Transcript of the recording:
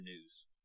news